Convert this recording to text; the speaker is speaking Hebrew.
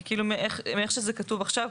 כי כאילו מאיך שזה כתוב עכשיו,